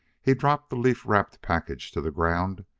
he dropped the leaf-wrapped package to the ground,